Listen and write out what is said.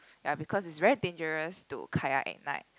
ya because is very dangerous to kayak at night